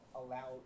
allow